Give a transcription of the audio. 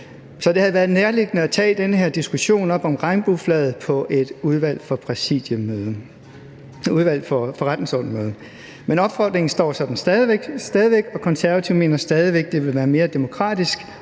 Så det havde været nærliggende at tage den her diskussion op om regnbueflaget på et møde i Udvalget for Forretningsordenen, men opfordringen står stadig væk ved magt, og Konservative mener stadig væk, at det vil være mere demokratisk